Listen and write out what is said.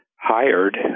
hired